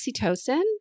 oxytocin